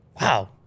wow